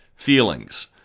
feelings